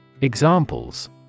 Examples